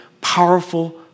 powerful